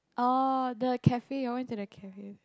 oh the cafe you all went to the cafe